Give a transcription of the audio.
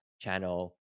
channel